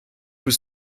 was